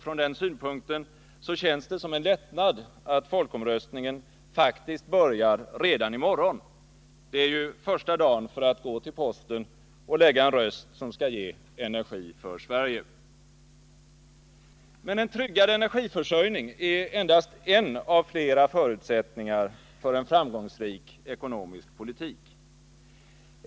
Från den synpunkten känns det som en lättnad att folkomröstningen faktiskt börjar redan i morgon — det är ju första dagen för att gå till posten och lägga en röst, som skall ge Energi för Sverige! Men en tryggad energiförsörjning är endast en av flera förutsättningar för en framgångsrik ekonomisk politik.